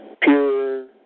Pure